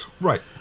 Right